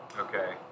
Okay